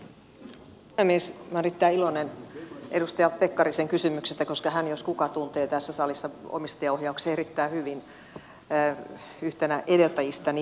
minä olen erittäin iloinen edustaja pekkarisen kysymyksestä koska hän jos kuka tuntee tässä salissa omistajaohjauksen erittäin hyvin yhtenä edeltäjistäni